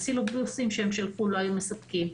הסילבוסים שהם שלחו לא היו מספקים.